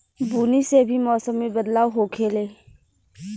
बुनी से भी मौसम मे बदलाव होखेले